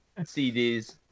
CDs